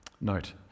Note